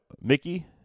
Mickey